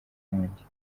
nkongi